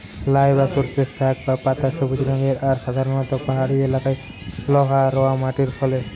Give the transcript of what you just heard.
লাই বা সর্ষের শাক বা পাতা সবুজ রঙের আর সাধারণত পাহাড়িয়া এলাকারে লহা রওয়া মাটিরে ফলে